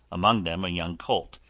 among them a young colt,